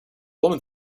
woman